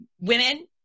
Women